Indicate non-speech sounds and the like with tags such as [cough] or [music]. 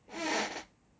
[breath]